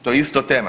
To je isto tema.